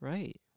Right